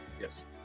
Yes